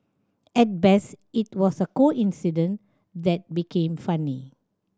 at best it was a coincidence that became funny